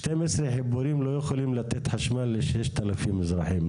12 חיבורים לא יכולים לתת חשמל ל-6,000 אזרחים,